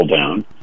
down